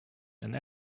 and